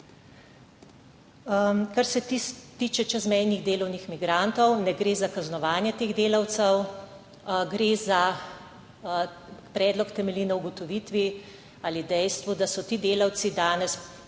Kar se tiče čezmejnih delovnih migrantov, ne gre za kaznovanje teh delavcev, gre za predlog, ki temelji na ugotovitvi ali dejstvu, da so ti delavci danes